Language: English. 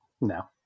no